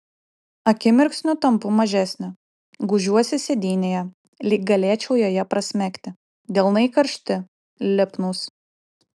akimirksniu tampu mažesnė gūžiuosi sėdynėje lyg galėčiau joje prasmegti delnai karšti lipnūs